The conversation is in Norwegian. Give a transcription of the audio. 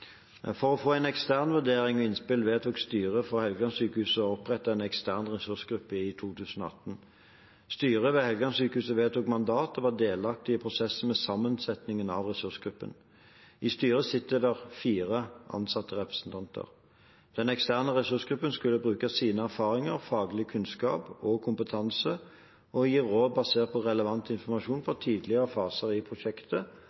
For å få en ekstern vurdering og innspill vedtok styret for Helgelandssykehuset å opprette en ekstern ressursgruppe i 2018. Styret ved Helgelandssykehuset vedtok et mandat og var delaktig i prosessen ved sammensettingen av ressursgruppen. I styret sitter det fire ansattrepresentanter. Den eksterne ressursgruppen skulle bruke sine erfaringer, faglig kunnskap og kompetanse og gi råd basert på relevant informasjon fra tidligere faser i prosjektet,